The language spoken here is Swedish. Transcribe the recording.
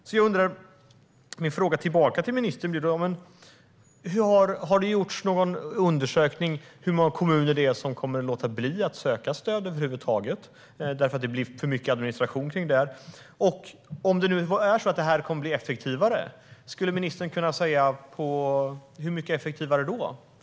Min uppföljande fråga till ministern blir då om det har gjorts någon undersökning av hur många kommuner som kommer att låta bli att söka stöd över huvud taget, eftersom det blir för mycket administration. Och om det här nu skulle bli effektivare, skulle ministern kunna säga hur mycket effektivare?